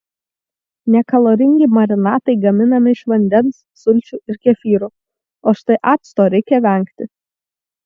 nekaloringi marinatai gaminami iš vandens sulčių ir kefyro o štai acto reikia vengti